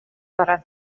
баран